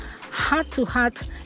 heart-to-heart